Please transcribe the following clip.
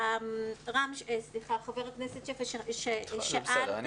רם, סליחה, חבר הכנסת שפע --- זה בסדר.